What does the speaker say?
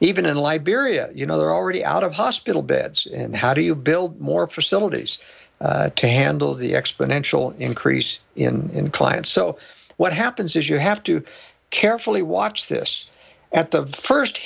even in liberia you know they're already out of hospital beds and how do you build more facilities candle the exponential increase in incline so what happens is you have to carefully watch this at the first